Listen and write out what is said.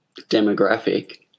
demographic